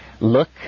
look